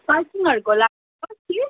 पार्किङहरूको लागि कति